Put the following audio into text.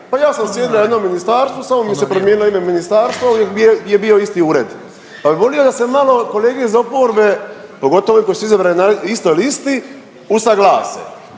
pa ja sam sjedila u jednom ministarstvu samo mi se promijenilo ime ministarstva, ali je bio isti ured, pa bi volio da se malo kolege iz oporbe pogotovo ovi koji su izabrani na istoj listi usaglase